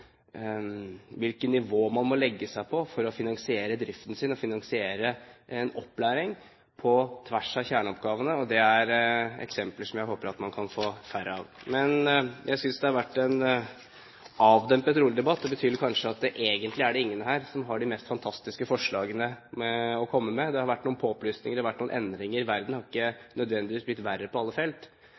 hvilket nivå man må legge seg på for å finansiere driften sin og å finansiere opplæring på tvers av kjerneoppgavene. Det er eksempler som jeg håper man kan få færre av. Jeg synes det har vært en avdempet og rolig debatt. Det betyr kanskje at egentlig er det ingen her som har de mest fantastiske forslagene å komme med. Det har vært noen påplussinger og endringer – verden har ikke nødvendigvis blitt verre på alle felt.